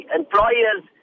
employer's